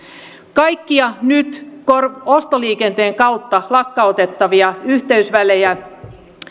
kaikkia nyt ostoliikenteen kautta lakkautettavia yhteysvälejä